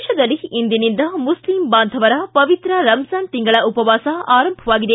ದೇಶದಲ್ಲಿ ಇಂದಿನಿಂದ ಮುಸ್ಲಿಂ ಬಾಂಧವರ ಪವಿತ್ರ ರಮಜಾನ್ ತಿಂಗಳ ಉಪವಾಸ ಆರಂಭವಾಗಿದೆ